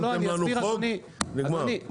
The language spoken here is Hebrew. שמת לנו חוק, נגמר.